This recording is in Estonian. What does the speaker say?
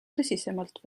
tõsisemalt